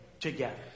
together